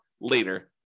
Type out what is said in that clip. later